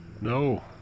No